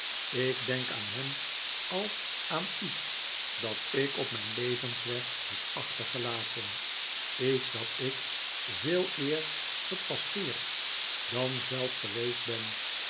ik denk aan hem als aan iets dat ik op mijn levensweg heb achtergelaten iets dat ik veeleer gepasseerd dan zelf geweest ben